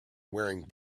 wearing